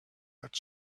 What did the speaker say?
but